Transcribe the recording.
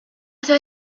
está